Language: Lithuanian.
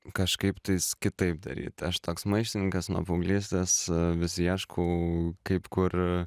kažkaip tais kitaip daryti aš toks maištininkas nuo paauglystės vis ieškau kaip kur